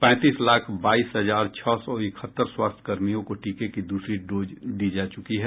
पैंतीस लाख बाईस हजार छह सौ इकहत्तर स्वास्थ्य कर्मियों को टीके की दूसरी डोज दी जा चुकी है